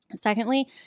Secondly